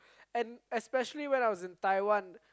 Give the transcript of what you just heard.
and especially when I was in Taiwan